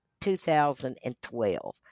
2012